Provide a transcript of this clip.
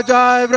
Jai